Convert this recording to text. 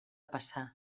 passar